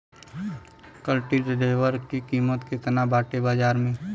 कल्टी वेटर क कीमत केतना बाटे बाजार में?